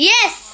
Yes